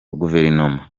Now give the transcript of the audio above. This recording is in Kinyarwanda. guverinoma